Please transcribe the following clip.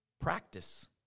practice